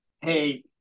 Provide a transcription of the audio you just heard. hey